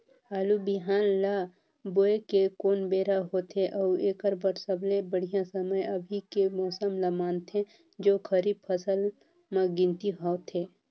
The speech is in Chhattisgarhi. आलू बिहान ल बोये के कोन बेरा होथे अउ एकर बर सबले बढ़िया समय अभी के मौसम ल मानथें जो खरीफ फसल म गिनती होथै?